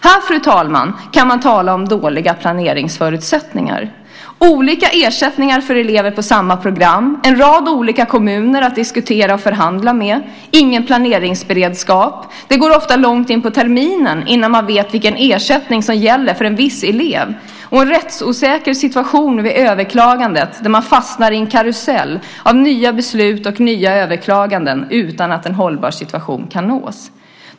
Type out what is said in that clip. Här kan man tala om dåliga planeringsförutsättningar. Det handlar om olika ersättningar för elever på samma program, en rad olika kommuner att diskutera och förhandla med, ingen planeringsberedskap. Det går ofta långt in på terminen innan man vet vilken ersättning som gäller för en viss elev. Man har en rättsosäker situation vid överklagandet när man fastnar i en karusell av nya beslut och nya överklaganden utan att en hållbar situation kan nås.